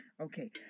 Okay